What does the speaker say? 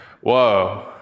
whoa